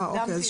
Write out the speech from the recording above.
אה, אוקיי.